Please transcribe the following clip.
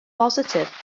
bositif